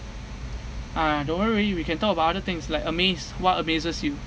ah don't worry we can talk about other things like amaze what amazes you